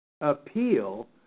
appeal